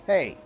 Hey